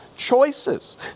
Choices